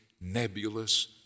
nebulous